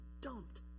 dumped